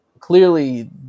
Clearly